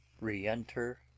re-enter